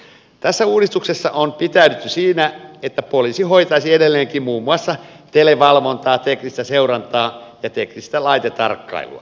tässä uudistuksessa on pitäydytty siinä että poliisi hoitaisi edelleenkin muun muassa televalvontaa teknistä seurantaa ja teknistä laitetarkkailua